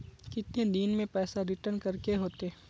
कितने दिन में पैसा रिटर्न करे के होते?